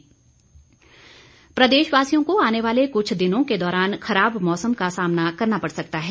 मौसम प्रदेशवासियों को आने वाले कुछ दिनों के दौरान खराब मौसम का सामना करना पड़ सकता है